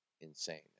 insane